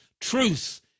Truth